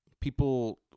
people